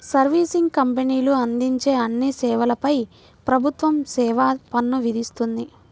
servicing కంపెనీలు అందించే అన్ని సేవలపై ప్రభుత్వం సేవా పన్ను విధిస్తుంది